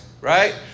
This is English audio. Right